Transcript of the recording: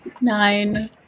Nine